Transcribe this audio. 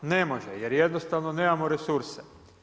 Ne može, jer jednostavno nemamo resurse.